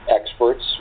experts